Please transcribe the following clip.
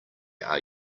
are